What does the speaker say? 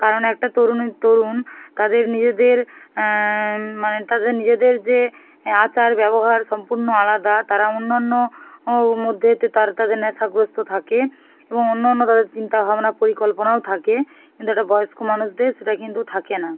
কারণ একটা তরুণী তরুণ তাদের নিজেদের মানে তাদের নিজেদের যে আচার ব্যবহার সম্পূর্ণ আলাদা তারা অন্য অন্য ও মধ্যেতে তারা তাদের নেশাগ্রস্থ থাকে এবং অন্য অন্য তাদের চিন্তাভাবনা পরিকল্পনাও থাকে কিন্তু এটা বয়স্ক মানুষদের সেটা কিন্তু থাকে না